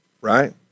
right